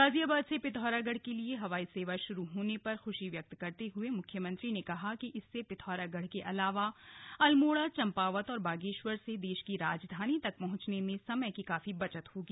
गाजियाबाद से पिथौरागढ़ के लिए हवाई सेवा शुरू होने पर खुशी व्यक्त करते हुए मुख्यमंत्री ने कहा कि इससे पिथौरागढ़ के अलावा अल्मोड़ा चम्पावत और बागेश्वर से देश की राजधानी तक पहुंचने में समय की काफी बचत होगी